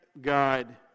God